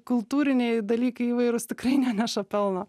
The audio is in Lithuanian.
kultūriniai dalykai įvairūs tikrai neneša pelno